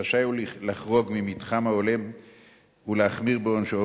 רשאי הוא לחרוג מהמתחם ההולם ולהחמיר בעונשו,